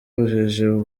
ubujiji